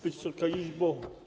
Wysoka Izbo!